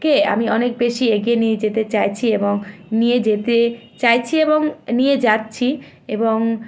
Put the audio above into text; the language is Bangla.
কে আমি অনেক বেশি এগিয়ে নিয়ে যেতে চাইছি এবং নিয়ে যেতে চাইছি এবং নিয়ে যাচ্ছি এবং